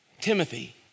Timothy